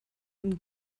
ihm